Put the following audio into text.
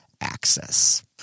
access